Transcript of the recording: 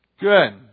Good